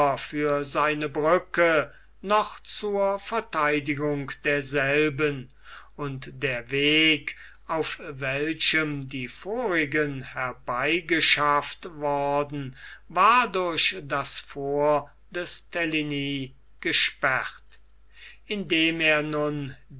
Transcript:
für seine brücke noch zur verteidigung derselben und der weg auf welchem die vorigen herbeigeschafft worden war durch das fort des teligny gesperrt indem er nun